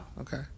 okay